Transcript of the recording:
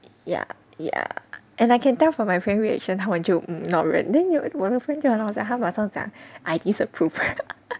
yeah yeah and I can tell from my friend reaction 他们就 not really then 有我的 friend 就跟我讲 !wah! 他马上讲 I disapprove